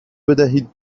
بدهید